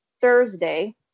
Thursday